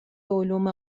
علوم